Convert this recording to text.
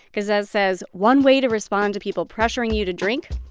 kazez says one way to respond to people pressuring you to drink,